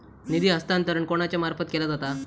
निधी हस्तांतरण कोणाच्या मार्फत केला जाता?